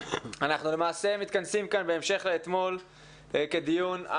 אנחנו מתכנסים בהמשך לדיון אתמול על